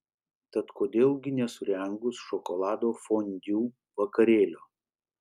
tad kodėl gi nesurengus šokolado fondiu vakarėlio